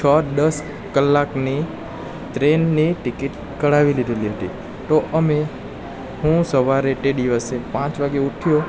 છ દસ કલાકની ટ્રેનની ટિકિટ કઢાવી લીધેલી હતી તો અમે હું સવારે તે દિવસે પાંચ વાગે ઉઠ્યો